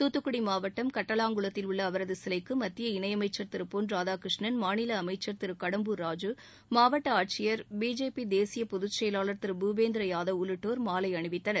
தூத்துக்குடி மாவட்டம் கட்டலாங்குளத்தில் உள்ள அவரது சிலைக்கு மத்திய இணை அமைச்சர் திரு பொன் ராதாகிருஷ்ணன் மாநில அமைச்சர் திரு கடம்பூர் ராஜூ மாவட்ட ஆட்சியர் பிஜேபி தேசிய பொதுச் செயலாளர் திரு பூபேந்திர யாதவ் உள்ளிட்டோர் மாலை அணிவித்தனர்